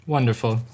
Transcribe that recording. Wonderful